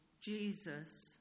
Jesus